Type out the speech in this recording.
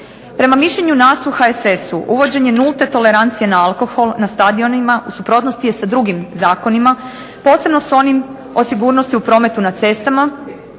Prema mišljenju nas u HSS-u uvode nulte tolerancije na alkohol na stadion u suprotnosti je sa drugim zakonima, posebno s onim o sigurnosti u prometu na cestama,